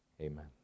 amen